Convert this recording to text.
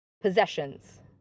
possessions